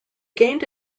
gained